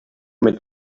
mit